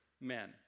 men